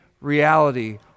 reality